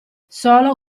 solo